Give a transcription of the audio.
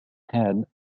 head